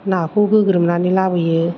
नाखौ गोग्रोमनानै लाबोयो